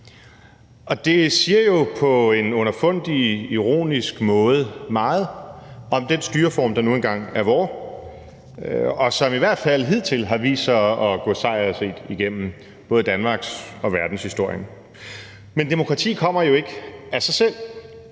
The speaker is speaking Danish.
Det siger jo på en underfundig, ironisk måde meget om den styreform, der nu engang er vor, og som i hvert fald hidtil har vist sig at gå sejrrigt igennem både danmarks- og verdenshistorien. Men demokrati kommer jo ikke af sig selv.